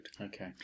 Okay